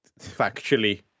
Factually